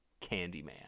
Candyman